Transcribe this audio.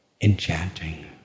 enchanting